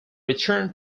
return